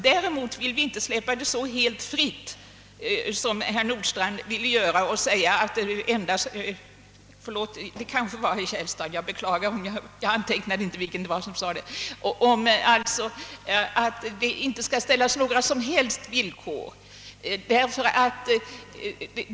Däremot vill vi inte släppa utbildningen så helt fri som herr Nordstrandh — nej förlåt, herr Källstad — jag glömde anteckna vem det var — önskar, nämligen att det inte skall ställas några som helst villkor.